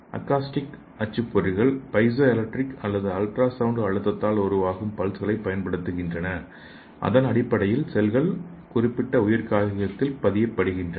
acoustic அச்சுப்பொறிகள் piezo electric அல்லது ultrasound அழுத்தத்தால் உருவாகும் பல்ஸ்களைப் பயன்படுத்துகின்றன அதன் அடிப்படையில் செல்கள் குறிப்பிட்ட உயிர் காகிதத்தில் பதியப்படுகின்றன